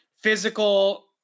physical